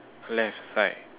left right